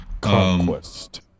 conquest